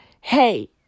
hey